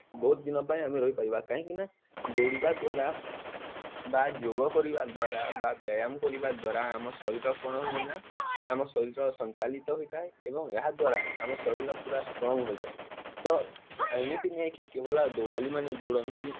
ବହୁତ ଦିନ ପାଇଁ ଆମେ ରହିପାରିବା କାହିଁକିନା ଦୌଡ଼ିବା ଦ୍ୱାରା ବା ଯୋଗ କରିବା ଦ୍ୱାରା ବା ବ୍ୟାୟାମ କରିବା ଦ୍ୱାରା ଆମ ଶରୀର କ'ଣ ହୁଏନା ଆମ ଶରୀର ସଞ୍ଚାଳିତ ହୋଇଥାଏ ଏବଂ ଏହା ଦ୍ୱାରା ଆମ ଶରୀର ପୁରା ଷ୍ଟ୍ରଙ୍ଗ୍ ହୋଇଥାଏ ତ ଏମିତି ନୁହେଁକିି କେବଳ ଦୌଡ଼ାଲିମାନେ ଦୌଡ଼ନ୍ତି